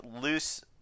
loose